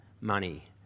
money